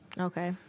Okay